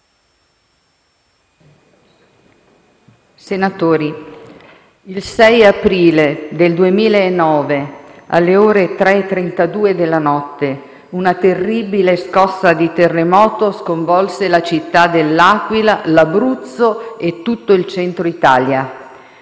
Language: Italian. Senatori, il 6 aprile 2009, alle ore 3,32 della notte, una terribile scossa di terremoto sconvolse la città dell'Aquila, l'Abruzzo e tutto il Centro Italia.